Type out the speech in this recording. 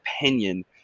opinion